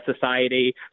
society